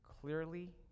clearly